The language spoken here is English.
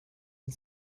and